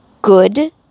good